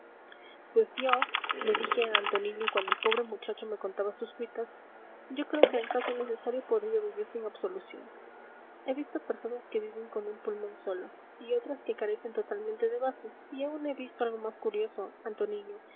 absolución pues yo le dije a antoniño cuando el pobre muchacho me contaba sus cuitas yo creo que en caso necesario podría vivir sin absolución he visto personas que viven con un pulmón sólo y otras que carecen totalmente de bazo y aun he visto algo más curioso antoniño